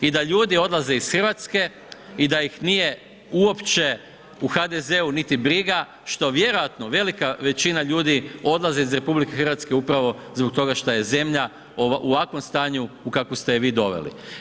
I da ljudi odlaze iz Hrvatske i da ih nije uopće u HDZ-u niti briga što vjerojatno velika većina ljudi odlazi iz RH upravo zbog toga šta je zemlja u ovakvom stanju u kakvom ste ju vi donijeli.